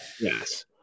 Yes